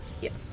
Yes